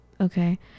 okay